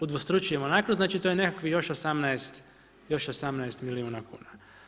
Udvostručujemo naknadu, znači to je nekakvih još 18 milijuna kuna.